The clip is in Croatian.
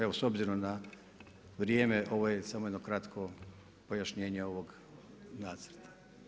Evo s obzirom na vrijeme ovo je samo jedno kratko pojašnjenje ovog nacrta.